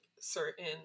certain